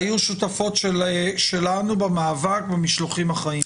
הלוואי והמפלגות החרדיות היו שותפות שלנו במאבק במשלוחים החיים.